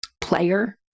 player